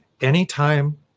Anytime